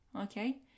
okay